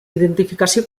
identificació